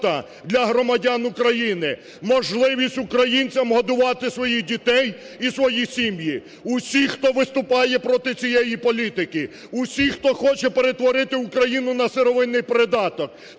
для громадян України, можливість українцям годувати своїх дітей і свої сім'ї. Усі, хто виступає проти цієї політики, усі, хто хоче перетворити Україну на сировинний придаток,